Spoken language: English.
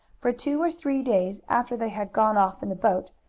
for two or three days after they had gone off in the boat,